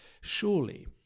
Surely